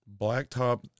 blacktop